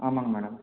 ஆமாம்ங்க மேடம்